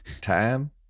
Time